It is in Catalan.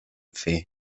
fer